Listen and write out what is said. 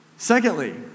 Secondly